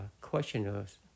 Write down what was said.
questioners